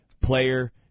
Player